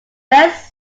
best